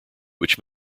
which